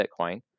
Bitcoin